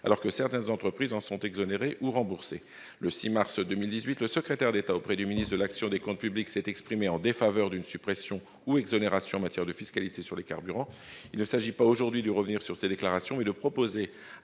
alors que certaines entreprises en sont exonérées ou sont remboursées. Le 6 mars 2018, le secrétaire d'État auprès du ministre de l'action et des comptes publics s'est exprimé en défaveur d'une suppression ou d'une exonération en matière de fiscalité sur les carburants. Il ne s'agit pas, aujourd'hui, de revenir sur ces déclarations, mais de proposer un compromis vertueux.